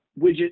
widget